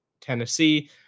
Tennessee